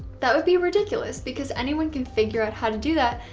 that would be ridiculous because anyone can figure out how to do that,